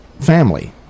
family